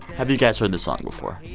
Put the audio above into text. have you guys heard this song before?